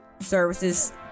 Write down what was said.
services